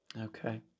Okay